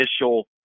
initial